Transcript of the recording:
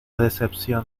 decepción